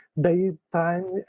daytime